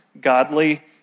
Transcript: godly